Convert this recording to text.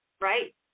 Right